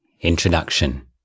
Introduction